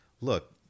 look